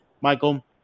Michael